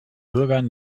bürgern